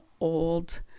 old